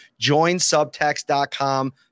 joinsubtext.com